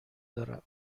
دارم